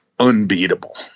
unbeatable